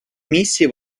миссии